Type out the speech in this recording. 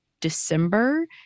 December